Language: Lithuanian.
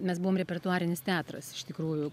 mes buvom repertuarinis teatras iš tikrųjų